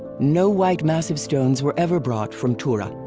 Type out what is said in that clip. no white massive stones were ever brought from tura.